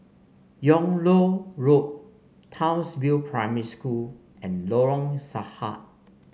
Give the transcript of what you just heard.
Yung Loh Road Townsville Primary School and Lorong Sarhad